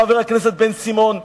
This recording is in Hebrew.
חבר הכנסת בן-סימון,